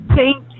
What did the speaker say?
thank